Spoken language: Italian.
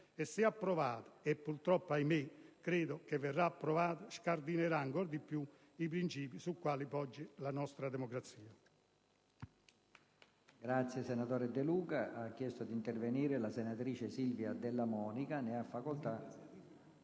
e, se approvata (e purtroppo, ahimè, credo che verrà approvata), scardinerà ancora di più i principi sui quali poggia la nostra democrazia.